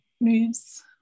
moves